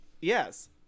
Yes